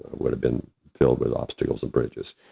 would have been filled with obstacles and bridges,